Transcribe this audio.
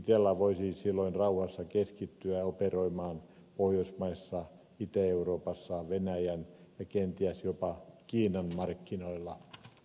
itella voisi silloin rauhassa keskittyä operoimaan pohjoismaissa itä euroopassa venäjän ja kenties jopa kiinan markkinoilla